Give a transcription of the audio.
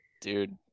Dude